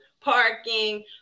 parking